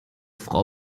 frau